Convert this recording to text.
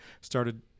Started